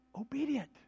obedient